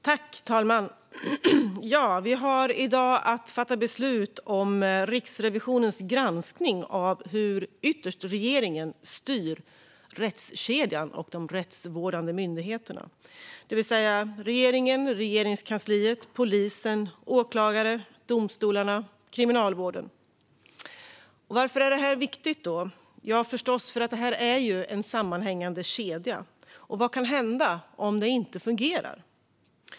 Fru talman! Vi har i dag att fatta beslut om Riksrevisionens granskning av hur ytterst regeringen styr rättskedjan och de rättsvårdande myndigheterna. Det handlar om regeringen, Regeringskansliet, polisen, åklagare, domstolarna och Kriminalvården. Varför är då detta viktigt? Ja, förstås för att det här är en sammanhängande kedja. Vad kan hända om det inte fungerar?